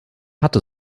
hatte